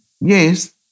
Yes